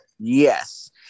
Yes